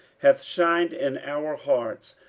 hath shined in our hearts,